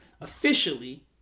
officially